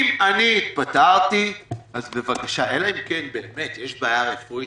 אם אני התפטרתי, בבקשה, אלא אם כן יש בעיה רפואית.